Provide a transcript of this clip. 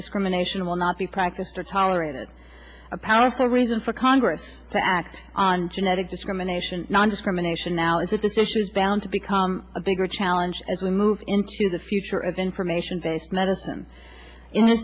discrimination will not be practiced or tolerated a powerful reason for congress to act on genetic discrimination nondiscrimination now is that this issue's bound to become a bigger challenge as we move into the future of information based medicine in